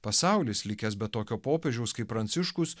pasaulis likęs be tokio popiežiaus kaip pranciškus